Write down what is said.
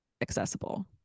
accessible